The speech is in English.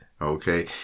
okay